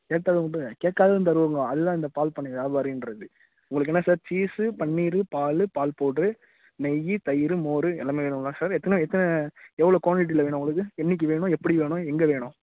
கேட்டது உண்டுங்க கேட்காததும் தருவோங்க அதுதான் இந்த பால் பண்ணை வியாபாரிங்றது உங்களுக்கு என்ன சார் சீஸ்ஸு பன்னீரு பால் பால் பவுடரு நெய் தயிர் மோர் எல்லாமே வேணுங்களா சார் எத்தனை எத்தனை எவ்வளோ குவாண்டிட்டியில் வேணும் உங்களுக்கு என்னைக்கு வேணும் எப்படி வேணும் எங்கே வேணும்